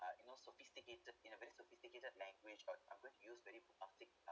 but you know sophisticated in a very sophisticated language or I when to use very optic uh